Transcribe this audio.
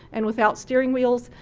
and without steering wheels,